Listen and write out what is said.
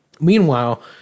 meanwhile